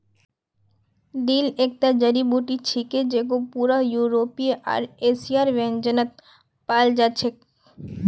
dill एकता जड़ी बूटी छिके जेको पूरा यूरोपीय आर एशियाई व्यंजनत पाल जा छेक